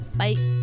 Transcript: bye